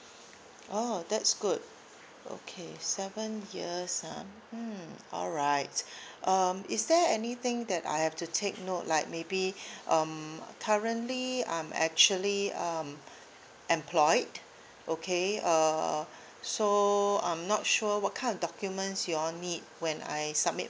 oh that's good okay seven years ah hmm alright um is there anything that I have to take note like maybe um currently I'm actually um employed okay uh so I'm not sure what kind of documents you all need when I submit